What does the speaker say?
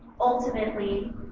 ultimately